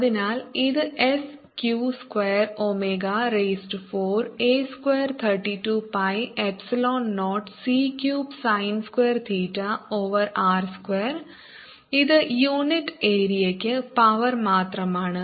അതിനാൽ ഇത് s q square omega raise to 4 a square 32 pi epsilon 0 c cube sine square theta over r square ഇത് unit ഏരിയയ്ക്ക് power മാത്രമാണ്